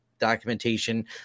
documentation